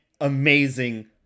amazing